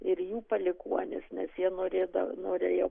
ir jų palikuonys nes jie norėdav norėjo